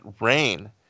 rain